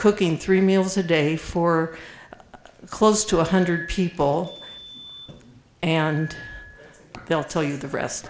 cooking three meals a day for close to one hundred people and they'll tell you the rest